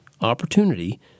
opportunity